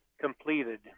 completed